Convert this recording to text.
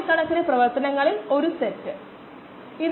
7 20 minus 10 മിനിറ്റിന്